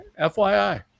FYI